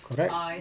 correct